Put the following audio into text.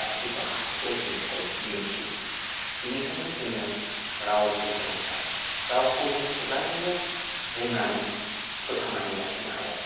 गासौबो आखुखौ दिन्थियो बेनिखायनो जोंनो रावखौ गोनांथार रावखौ जों खुगाजोंल' बुंनानै फोथांनानै लाखिनो हाया